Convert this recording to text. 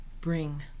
bring